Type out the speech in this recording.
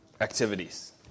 activities